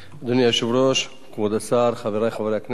אדוני היושב-ראש, כבוד השר, חברי חברי הכנסת,